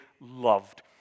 loved